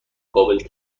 قابل